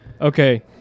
Okay